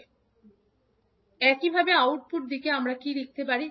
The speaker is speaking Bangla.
আমরা এটা বলতে পারি যে একইভাবে একইভাবে আউটপুট দিকে আমরা কী লিখতে পারি